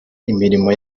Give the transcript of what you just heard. imirimo